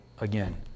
again